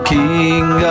King